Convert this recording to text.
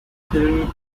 film